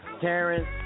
Terrence